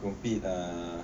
compete err